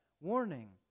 warning